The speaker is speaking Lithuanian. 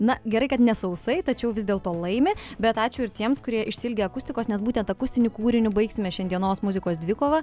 na gerai kad ne sausai tačiau vis dėl to laimi bet ačiū ir tiems kurie išsiilgę akustikos nes būtent akustiniu kūriniu baigsime šiandienos muzikos dvikovą